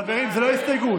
חברים, זאת לא הסתייגות.